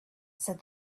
said